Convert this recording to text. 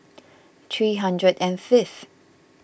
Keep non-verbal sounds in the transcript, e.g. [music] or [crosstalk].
[noise] three hundred and fifth